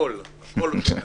הכול, הכול הוא שומע.